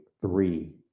three